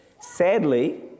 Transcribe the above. Sadly